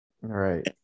Right